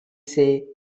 say